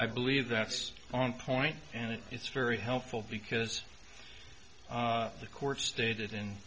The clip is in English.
i believe that's on point and it's very helpful because the court stated in